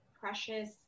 precious